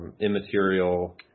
immaterial